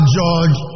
George